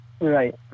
Right